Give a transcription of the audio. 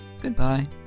Goodbye